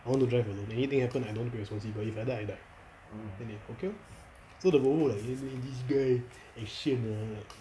I want to drive alone anything happen I don't want to be responsible if I die I die then they okay lor so the volvo like eh this guy action lah